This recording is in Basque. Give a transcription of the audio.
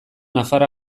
nafar